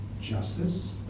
justice